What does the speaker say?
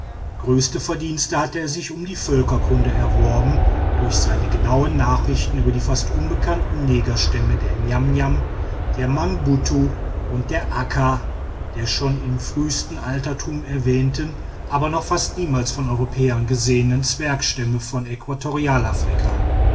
größte verdienste hat er sich um die völkerkunde erworben durch seine genauen nachrichten über die fast unbekannten negerstämme der niamniam der mangbattu und der akka der schon im frühesten altertum erwähnten aber noch fast niemals von europäern gesehenen zwergstämme von